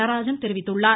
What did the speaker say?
நடராஜன் தெரிவித்துள்ளார்